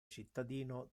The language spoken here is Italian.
cittadino